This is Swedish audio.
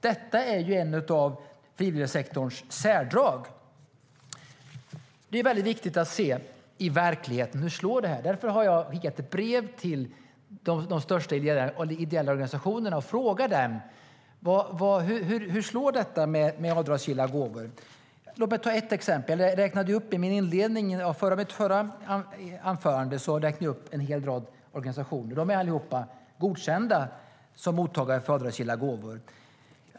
Detta är ju ett av frivilligsektorns särdrag.I mitt förra anförande räknade jag upp en rad organisationer som allihop är godkända som mottagare för avdragsgilla gåvor.